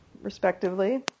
respectively